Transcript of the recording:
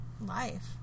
life